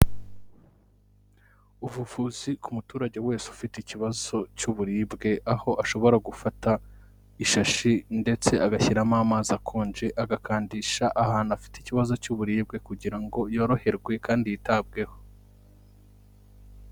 Ubuvuzi ku muturage wese ufite ikibazo cy'uburibwe, aho ashobora gufata ishashi ndetse agashyiramo amazi akonje agakandisha ahantu afite ikibazo cy'uburibwe kugira ngo yoroherwe kandi yitabweho.